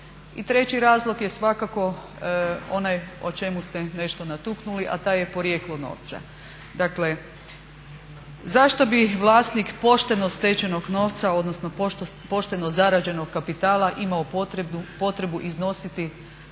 treći razlog je svakako onaj o čemu ste nešto natknuli, a to je porijeklo novca. Dakle, zašto bi vlasnik pošteno stečenog novca odnosno pošteno zarađenog kapitala imao potrebu iznositi